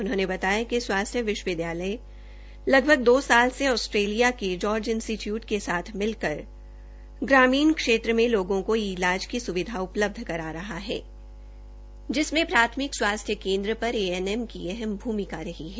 उन्होंने बताया कि स्वास्थ्य विश्वविद्यालय लगभग दो साल से आस्ट्रेलिया के जॉर्ज इंस्टीच्यूट के साथ मिलकर ग्रामीण क्षेत्र में लोगों को ई इलाज की सुविधा उपलब्ध करा रहा है जिसमें प्राथमिक स्वास्थ्य केन्द्र पर एएनएम की अहम भूमिका निभा रही है